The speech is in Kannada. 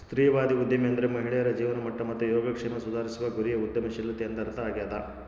ಸ್ತ್ರೀವಾದಿ ಉದ್ಯಮಿ ಅಂದ್ರೆ ಮಹಿಳೆಯರ ಜೀವನಮಟ್ಟ ಮತ್ತು ಯೋಗಕ್ಷೇಮ ಸುಧಾರಿಸುವ ಗುರಿಯ ಉದ್ಯಮಶೀಲತೆ ಎಂದರ್ಥ ಆಗ್ಯಾದ